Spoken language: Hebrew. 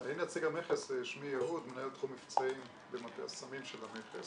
המכס, מנהל תחום מבצעים במטה הסמים של המכס.